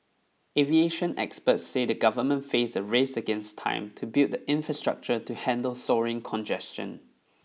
aviation experts say the government face a race against time to build the infrastructure to handle soaring congestion